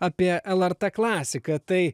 apie lrt klasiką tai